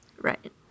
Right